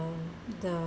the